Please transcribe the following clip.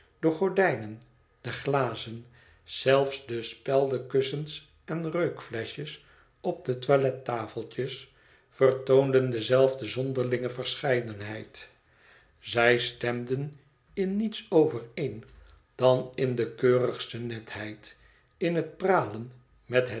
de gordijnen de glazen zelfs de speldenkussens en reukfleschjes op de toilettafeltjes vertoonden dezelfde zonderlinge verscheidenheid zij stemden in niets overeen dan in de keurigste netheid in het pralen met het